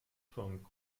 von